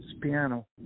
piano